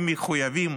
לעודפים מחויבים